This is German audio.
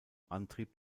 antrieb